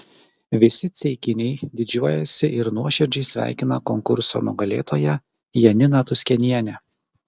visi ceikiniai didžiuojasi ir nuoširdžiai sveikina konkurso nugalėtoją janiną tuskenienę